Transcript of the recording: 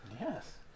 Yes